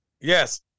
Yes